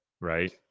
right